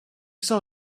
saw